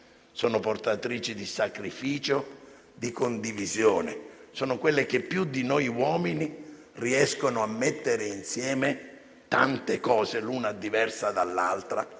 sono portatrici di pace, sacrificio, di condivisione. Sono coloro che più di noi uomini riescono a mettere insieme tante cose, l'una diversa dall'altra,